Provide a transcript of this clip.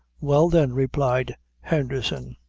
well, then, replied henderson,